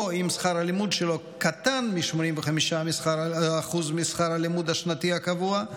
או אם שכר הלימוד שלו קטן מ-85% משכר הלימוד השנתי הקבוע,